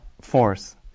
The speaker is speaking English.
force